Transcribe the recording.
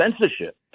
censorship